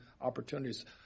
opportunities